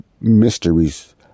mysteries